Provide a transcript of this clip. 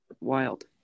Wild